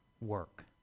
work